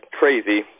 crazy